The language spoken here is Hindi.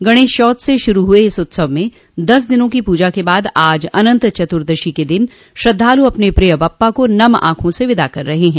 गणेश चौथ से शुरू हुए इस उत्सव में दस दिनों की पूजा के बाद आज अनंत चतुर्दशी के दिन श्रद्धालु अपने प्रिय बप्पा को नम आँखों से विदा कर रहे हैं